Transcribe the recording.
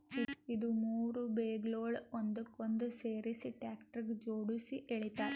ಇದು ಮೂರು ಬೇಲ್ಗೊಳ್ ಒಂದಕ್ಕೊಂದು ಸೇರಿಸಿ ಟ್ರ್ಯಾಕ್ಟರ್ಗ ಜೋಡುಸಿ ಎಳಿತಾರ್